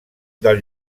del